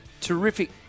Terrific